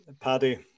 Paddy